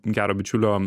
gero bičiulio